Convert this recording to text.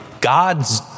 God's